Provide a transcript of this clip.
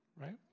right